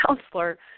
counselor